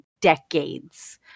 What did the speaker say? decades